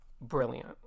brilliant